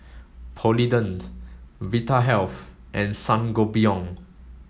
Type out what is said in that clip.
Polident Vitahealth and Sangobion